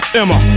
emma